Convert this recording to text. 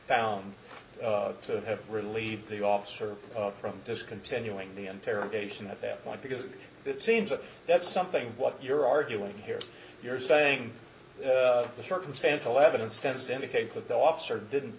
found to have relieved the officer from discontinuing the interrogation at that point because it seems that that's something what you're arguing here you're saying the circumstantial evidence tends to indicate that the officer didn't